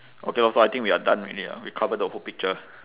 okay lor so I think we are done already ah we covered the whole picture